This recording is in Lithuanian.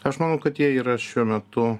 aš manau kad jie yra šiuo metu